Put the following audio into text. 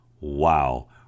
Wow